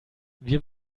wir